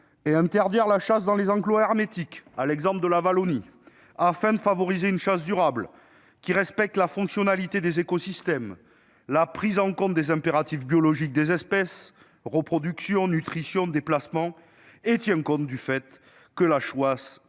et interdire la chasse dans les enclos hermétiques, à l'exemple de ce qu'a fait la Wallonie, afin de favoriser une chasse durable, qui respecte la fonctionnalité des écosystèmes, la prise en compte des impératifs biologiques des espèces, qu'il s'agisse de reproduction, de nutrition ou de déplacement, et qui tienne compte du fait que la chasse doit